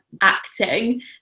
acting